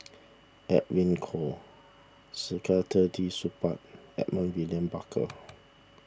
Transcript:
Edwin Koo Saktiandi Supaat Edmund William Barker